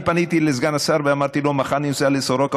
אני פניתי לסגן השר ואמרתי לו: מחר אני נוסע לסורוקה.